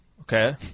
Okay